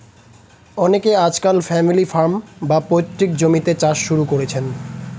অনেকে আজকাল family farm, বা পৈতৃক জমিতে চাষ শুরু করেছেন